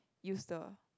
use the